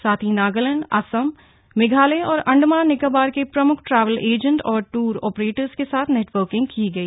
साथ ही नागालैंड असम मेघालय और अंडमान निकोबार के प्रमुख ट्रैवल एजेंट और ट्र ऑपरेटर्स के साथ नेटवर्किंग की गई